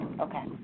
Okay